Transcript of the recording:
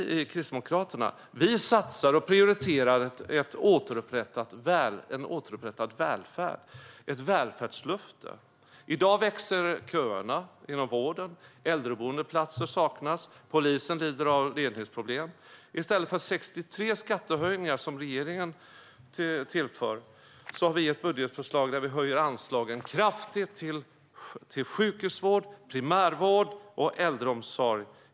Vi kristdemokrater satsar på och prioriterar en återupprättad välfärd, ett välfärdslöfte. I dag växer köerna inom vården, äldreboendeplatser saknas och polisen lider av ledningsproblem. I stället för att göra 63 skattehöjningar som regeringen genomför har vi ett budgetförslag där vi höjer anslagen kraftigt till sjukhusvård, primärvård och äldreomsorg.